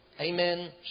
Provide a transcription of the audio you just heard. Amen